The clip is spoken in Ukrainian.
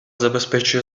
забезпечує